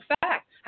fact